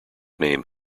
name